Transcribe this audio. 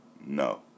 no